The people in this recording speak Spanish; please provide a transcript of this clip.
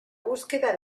búsqueda